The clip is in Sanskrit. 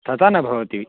तथा न भवति